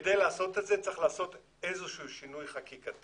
כדי לעשות את זה צריך לעשות איזשהו שינוי חקיקה